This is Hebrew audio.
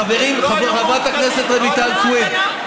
חברת הכנסת רויטל סויד,